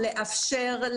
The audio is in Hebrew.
לאפשר,